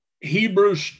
Hebrews